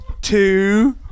two